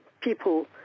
people